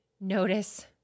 notice